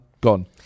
gone